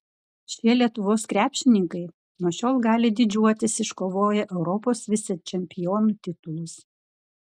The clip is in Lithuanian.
šie lietuvos krepšininkai nuo šiol gali didžiuotis iškovoję europos vicečempionų titulus